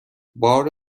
بار